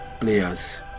players